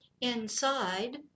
inside